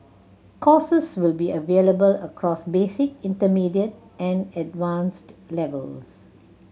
courses will be available across basic intermediate and advanced levels